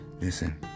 Listen